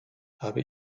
habe